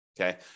Okay